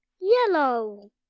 Yellow